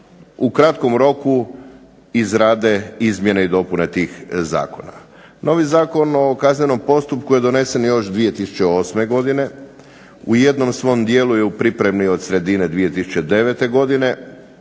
u kratkom roku izrade izmjene i dopune tih zakona. Novi Zakon o kaznenom postupku je donesen još 2008. godine. U jednom svom dijelu je u pripremi od sredine 2009. godine,